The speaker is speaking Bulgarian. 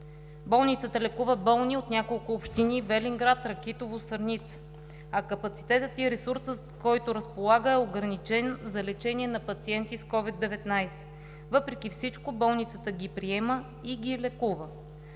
Болницата лекува болни от няколко общини – Велинград, Ракитово, Сърница, а капацитетът и ресурсът, с който разполага, е ограничен за лечение на пациенти с COVID-19. Въпреки всичко болницата ги приема и лекува.